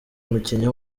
umukinnyi